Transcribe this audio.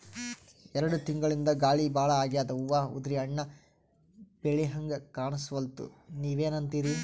ಎರೆಡ್ ತಿಂಗಳಿಂದ ಗಾಳಿ ಭಾಳ ಆಗ್ಯಾದ, ಹೂವ ಉದ್ರಿ ಹಣ್ಣ ಬೆಳಿಹಂಗ ಕಾಣಸ್ವಲ್ತು, ನೀವೆನಂತಿರಿ?